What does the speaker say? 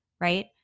right